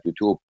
YouTube